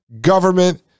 government